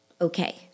okay